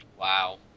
Wow